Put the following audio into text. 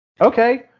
okay